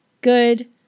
Good